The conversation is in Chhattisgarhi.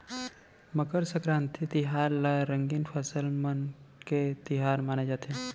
मकर संकरांति तिहार ल रंगीन फसल मन के तिहार माने जाथे